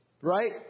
Right